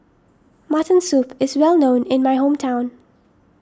Mutton Soup is well known in my hometown